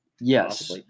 Yes